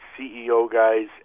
ceoguys